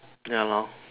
ya lor